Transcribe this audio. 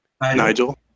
Nigel